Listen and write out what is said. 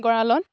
গঁৰালত